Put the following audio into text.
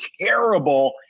terrible